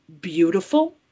beautiful